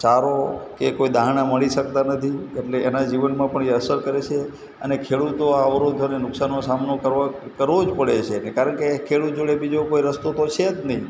ચારો કે કોઈ દાણા મળી શકતા નથી એટલે એના જીવનમાં પણ એ અસર કરે છે અને ખેડૂતો આ અવરોધોને નુકસાનનો સામનો કરવા કરવો જ પડે છે કારણ કે ખેડૂત જોડે બીજો કોઈ રસ્તો તો છે જ નહીં